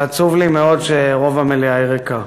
אבל עצוב לי מאוד שרוב המליאה ריקה,